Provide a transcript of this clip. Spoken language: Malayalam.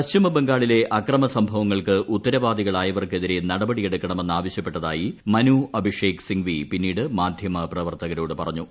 പശ്ചിമബംഗാളിലെ അക്രമ സംഭവങ്ങൾക്ക് ഉത്തരവാദികളായവർക്കെതിരെ നടപടി എടുക്കണമെന്ന് ആവശ്യപ്പെട്ടതായി മനു അഭിഷേക് സിംഗ്വി പിന്നീട് മാധ്യമ പ്രവർത്തകരോട് പ്രറഞ്ഞു